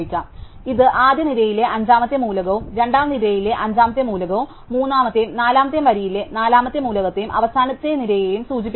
അതിനാൽ ഇത് ആദ്യ നിരയിലെ അഞ്ചാമത്തെ മൂലകവും രണ്ടാം നിരയിലെ അഞ്ചാമത്തെ മൂലകവും മൂന്നാമത്തെയും നാലാമത്തെയും വരിയിലെ നാലാമത്തെ മൂലകത്തെയും അവസാനത്തെ നിരയെയും സൂചിപ്പിക്കുന്നു